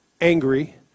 angry